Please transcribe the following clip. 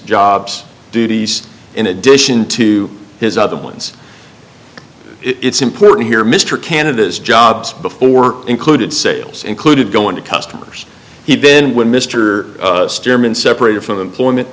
jobs duties in addition to his other ones it's important here mr canada's jobs before included sales included going to customers he'd been when mr chairman separated from employment